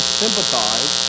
sympathize